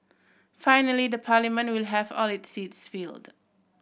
finally the parliament will have all its seats filled